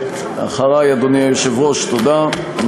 אחרי, אדוני היושב-ראש, תודה.